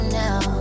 now